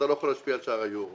ואתה לא יכול להשפיע על שער היורו.